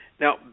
Now